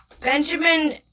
Benjamin